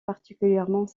particulièrement